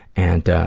and ah,